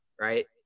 right